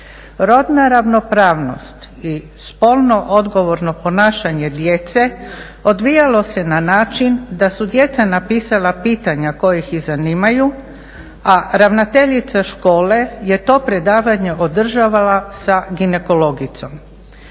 Rodna ravnopravnost i spolno odgovorno ponašanje djece odvijalo se na način da su djeca napisala pitanja koja ih i zanimaju, a ravnateljica škole je to predavanje održavala sa ginekologicom.